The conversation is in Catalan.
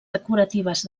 decoratives